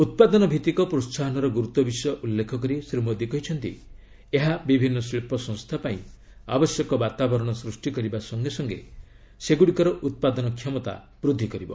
ଉତ୍ପାଦନ ଭିଭିକ ପ୍ରୋସାହନର ଗୁରୁତ୍ୱ ବିଷୟ ଉଲ୍ଲେଖ କରି ଶ୍ରୀ ମୋଦୀ କହିଛନ୍ତି ଏହା ବିଭିନ୍ନ ଶିଳ୍ପ ସଂସ୍ଥା ପାଇଁ ଆବଶ୍ୟକ ବାତାବରଣ ସୃଷ୍ଟି କରିବା ସଙ୍ଗେସଙ୍ଗେ ସେଗୁଡ଼ିକର ଉତ୍ପାଦନ କ୍ଷମତା ବୃଦ୍ଧି କରିବ